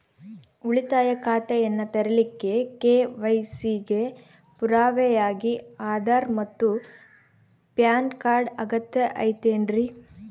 ಉಳಿತಾಯ ಖಾತೆಯನ್ನ ತೆರಿಲಿಕ್ಕೆ ಕೆ.ವೈ.ಸಿ ಗೆ ಪುರಾವೆಯಾಗಿ ಆಧಾರ್ ಮತ್ತು ಪ್ಯಾನ್ ಕಾರ್ಡ್ ಅಗತ್ಯ ಐತೇನ್ರಿ?